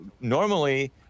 Normally